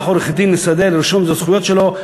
עורך-דין לסדר ולרשום את הזכויות שלו,